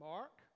Mark